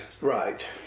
right